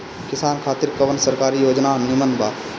किसान खातिर कवन सरकारी योजना नीमन बा?